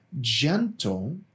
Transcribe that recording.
gentle